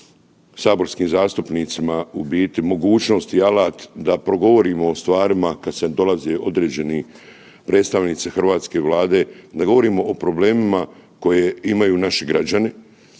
saborskim zastupnicima u biti mogućnost i alat da progovorimo o stvarima kad se dolaze određeni predstavnici Hrvatske vlade, da govorimo o problemima koje imaju naši građani